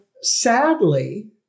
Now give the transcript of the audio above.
sadly